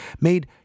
made